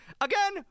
Again